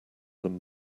them